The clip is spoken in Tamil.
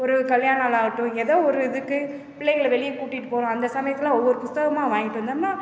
ஒரு கல்யாண நாளாக ஆகட்டும் ஏதோ ஒரு இதுக்கு பிள்ளைங்களை வெளியே கூட்டிட்டு போகிற அந்த சமயத்தில் ஒவ்வொரு புத்தகமா வாங்கிட்டு வந்தம்னால்